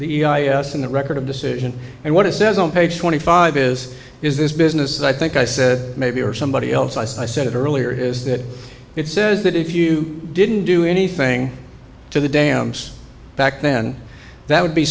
e i a s and the record of decision and what it says on page twenty five is is this business i think i said maybe or somebody else i said it earlier is that it says that if you didn't do anything to the dams back then that would be